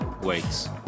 weights